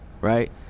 right